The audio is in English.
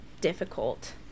difficult